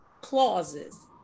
clauses